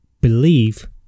believe